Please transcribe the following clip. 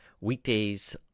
weekdays